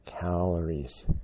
calories